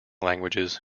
languages